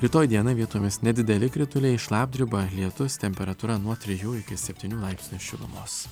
rytoj dieną vietomis nedideli krituliai šlapdriba lietus temperatūra nuo trijų iki septynių laipsnių šilumos